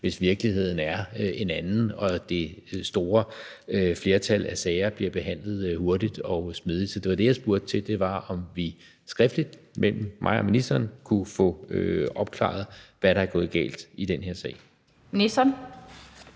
hvis virkeligheden er en anden og det store flertal af sager bliver behandlet hurtigt og smidigt. Så det, jeg spurgte til, var, om vi skriftligt mellem mig og ministeren kunne få opklaret, hvad der er gået galt i den her sag. Kl.